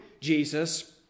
Jesus